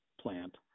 plant